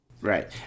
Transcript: Right